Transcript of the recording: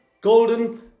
golden